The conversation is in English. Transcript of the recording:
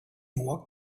walked